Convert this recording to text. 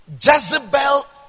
Jezebel